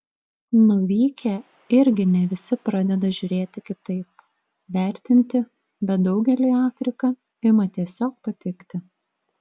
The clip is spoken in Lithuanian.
nuvykę irgi ne visi pradeda žiūrėti kitaip vertinti bet daugeliui afrika ima tiesiog patikti